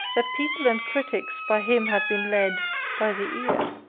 that people and critics by him had been led by the ear.